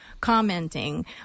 commenting